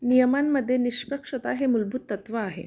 नियमांमध्ये निष्पक्षता हे मूलभूत तत्व आहे